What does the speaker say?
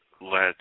let